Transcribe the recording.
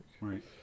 Right